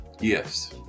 yes